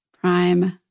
prime